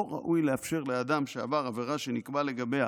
ראוי לאפשר לאדם שעבר עבירה שנקבע לגביה